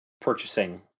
purchasing